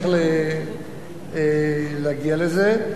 התוכנית הזאת, התוכנית האסטרטגית להורדת